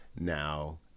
Now